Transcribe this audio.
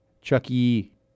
Chucky